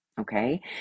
Okay